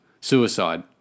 suicide